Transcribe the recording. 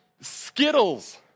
Skittles